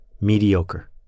mediocre